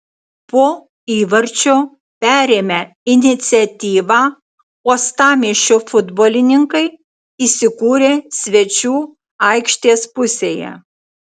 po įvarčio perėmę iniciatyvą uostamiesčio futbolininkai įsikūrė svečių aikštės pusėje